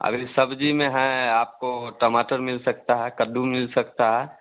अभी सब्ज़ी में है आपको टमाटर मिल सकता है कद्दू मिल सकता है